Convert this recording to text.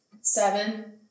Seven